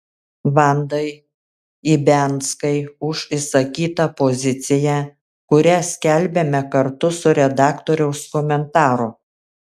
vandai ibianskai už išsakytą poziciją kurią skelbiame kartu su redaktoriaus komentaru